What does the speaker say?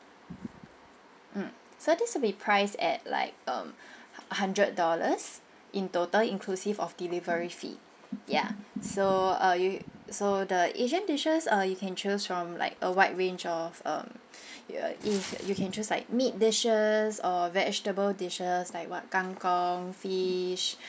mm so this will be priced at like um hundred dollars in total inclusive of delivery fee ya so uh you so the asian dishes uh you can choose from like a wide range of um if you can choose like meat dishes or vegetable dishes like what kang kong fish